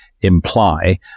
imply